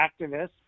activists